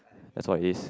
that's why is